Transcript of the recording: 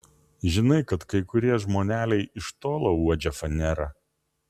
žinai kad kai kurie žmoneliai iš tolo uodžia fanerą